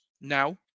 now